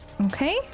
Okay